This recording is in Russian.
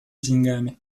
деньгами